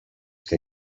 que